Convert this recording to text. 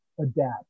adapt